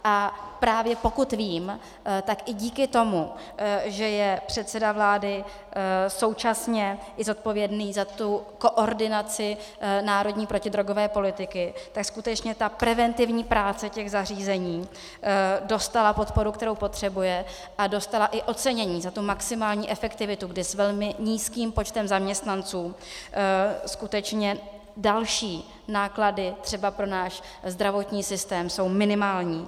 A právě, pokud vím, tak i díky tomu, že je předseda vlády současně i zodpovědný za koordinaci národní protidrogové politiky, tak skutečně preventivní práce těch zařízení dostala podporu, kterou potřebuje, a dostala i ocenění za maximální efektivitu, kdy s velmi nízkým počtem zaměstnanců skutečně další náklady, třeba pro náš zdravotní systém, jsou minimální.